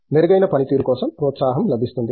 మెరుగైన పనితీరు కోసం ప్రోత్సాహం లభిస్తుంది